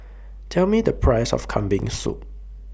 Tell Me The Price of Kambing Soup